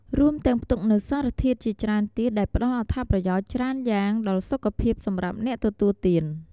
រួមទាំងផ្ទុកនូវសារធាតុជាច្រើនទៀត ដែលផ្ដល់អត្ថប្រយោជន៍ច្រើនយ៉ាងដល់សុខភាពសម្រាប់អ្នកទទួលទាន។